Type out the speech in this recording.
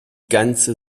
ganze